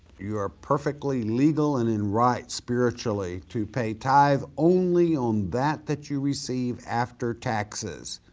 you are perfectly legal and and right spiritually to pay tithe only on that that you receive after taxes.